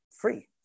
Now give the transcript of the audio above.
free